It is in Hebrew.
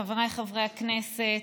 חבריי חברי הכנסת,